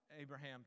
Abraham